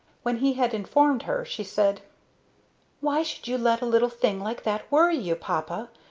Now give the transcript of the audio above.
when he had informed her, she said why should you let a little thing like that worry you, papa?